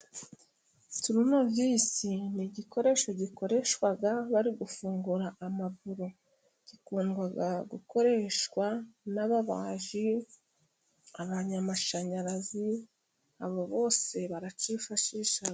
Toronovisi ni igikoresho gikoreshwa bari gufungura amaburo, gikunda gukoreshwa n'ababaji, abanyamashanyarazi, aba bose baracyifashisha.